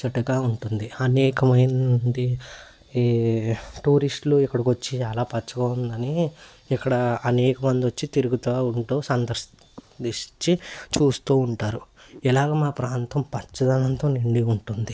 ముచ్చటగా ఉంటుంది అనేకమైంది ఈ టూరిస్టులు ఇక్కడికి వచ్చి చాలా పచ్చగా ఉందని ఇక్కడ అనేకమందొచ్చి తిరుగుతూ ఉంటు సందర్శించ్చి చూస్తూ ఉంటారు ఇలాగా మా ప్రాంతం పచ్చదనంతో నిండి ఉంటుంది